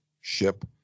ship